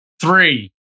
Three